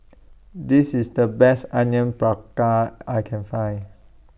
This IS The Best Onion Praka I Can Find